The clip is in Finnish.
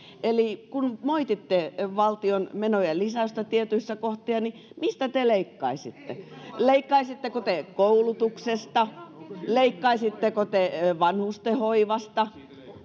eli kun moititte valtion menojen lisäystä tietyissä kohdin niin mistä te leikkaisitte leikkaisitteko te koulutuksesta leikkaisitteko te vanhustenhoivasta